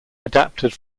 adapted